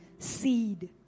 seed